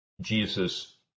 Jesus